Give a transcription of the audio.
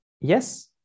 yes